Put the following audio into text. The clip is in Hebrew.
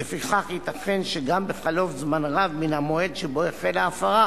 ולפיכך ייתכן שגם בחלוף זמן רב מן המועד שבו החלה ההפרה